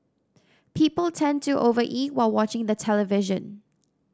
people tend to over eat while watching the television